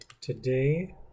today